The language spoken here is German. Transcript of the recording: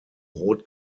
rot